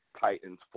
Titans